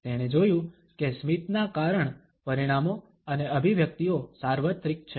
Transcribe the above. તેણે જોયું કે સ્મિતના કારણ પરિણામો અને અભિવ્યક્તિઓ સાર્વત્રિક છે